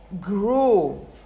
grow